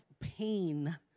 pain